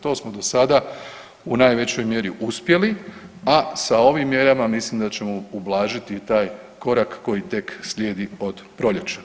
To smo do sada u najvećoj mjeri uspjeli, a sa ovim mjerama mislim da ćemo ublažiti i taj korak koji tek slijedi od proljeća.